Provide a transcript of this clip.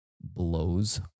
blows